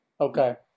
okay